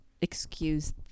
excuse